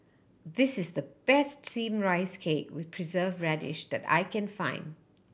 this is the best Steamed Rice Cake with Preserved Radish that I can find